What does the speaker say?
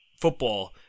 football